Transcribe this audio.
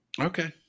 Okay